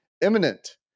imminent